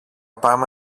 πάμε